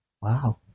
Wow